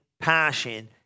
passion